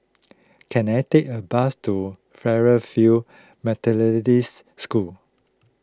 can I take a bus to Fairfield Methodist School